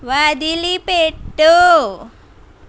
వదిలిపెట్టు